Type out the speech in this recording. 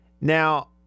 Now